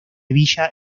villa